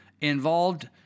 involved